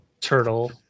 turtle